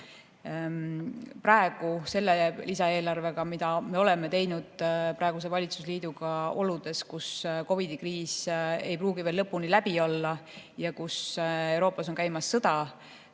Praegu me selle lisaeelarvega, mille me oleme teinud praeguse valitsusliiduga oludes, kus COVID-i kriis ei pruugi veel lõpuni läbi olla ja kus Euroopas käib sõda,